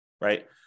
right